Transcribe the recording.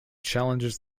challenges